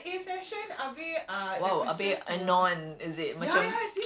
dia orang ada Q&A session ke apa